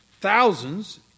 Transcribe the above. thousands